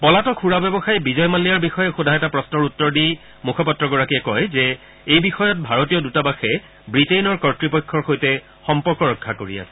পলাতক সুৰা ব্যৱসায়ী বিজয় মালিয়াৰ বিষয়ে সোধা এটা প্ৰশ্নৰ উত্তৰ দি মুখপাত্ৰগৰাকীয়ে কয় যে এই বিষয়ত ভাৰতীয় দৃতাবাসে ৱিটেইনৰ কৰ্তৃপক্ষৰ সৈতে সম্পৰ্ক ৰক্ষা কৰি আছে